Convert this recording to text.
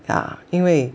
yeah 因为